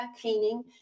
cleaning